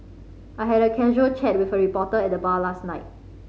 I had a casual chat with a reporter at the bar last night